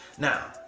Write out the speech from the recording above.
now,